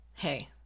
Hey